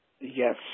Yes